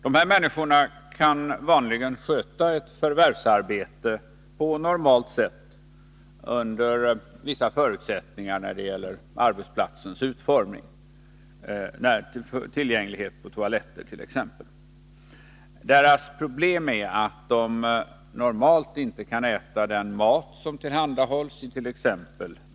Dessa människor kan vanligen sköta ett förvärvsarbete på normalt sätt under vissa förutsättningar när det gäller arbetsplatsens utformning, tillgänglighet till toaletter t.ex. Deras problem är att de normalt inte kan äta den mat som tillhandahålls it.ex.